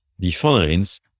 defines